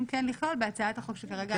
כן לכלול בהצעת החוק שכרגע על הפרק.